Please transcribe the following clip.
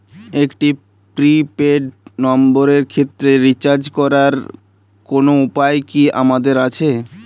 একটি prepaid নম্বরের ক্ষেত্রে রিচার্জ করার কোনো উপায় কি আমাদের আছে?